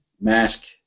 Mask